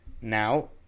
Now